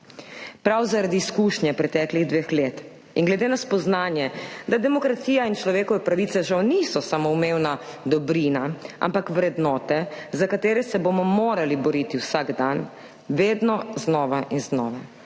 Prav zaradi izkušnje preteklih dveh let in glede na spoznanje, da demokracija in človekove pravice žal niso samoumevna dobrina, ampak vrednote, za katere se bomo morali boriti vsak dan, vedno znova in znova,